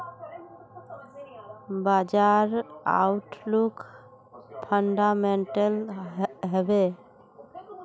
बाजार outlook fundamental हैवै?